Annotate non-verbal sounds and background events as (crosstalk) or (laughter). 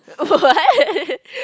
(laughs) what